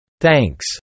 Thanks